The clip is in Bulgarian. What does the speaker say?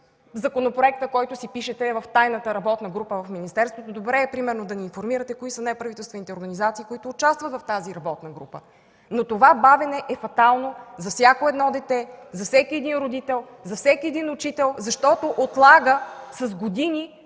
законопроекта, който си пишете в тайната работна група в министерството. Добре е примерно да ни информирате кои са неправителствените организации, участващи в тази работна група. Но това бавене е фатално за всяко едно дете, за всеки един родител, за всеки един учител, защото отлага с години